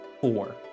four